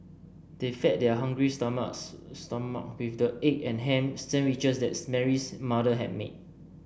they fed their hungry stomachs stomach with the egg and ham sandwiches that Mary's mother had made